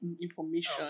information